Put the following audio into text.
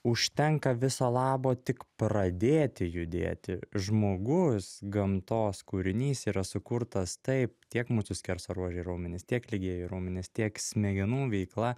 užtenka viso labo tik pradėti judėti žmogus gamtos kūrinys yra sukurtas taip tiek mūsų skersaruožiai raumenys tiek lygieji raumenys tiek smegenų veikla